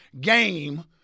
game